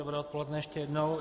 Dobré odpoledne ještě jednou.